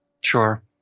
Sure